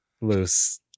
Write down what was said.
loose